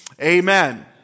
Amen